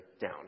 down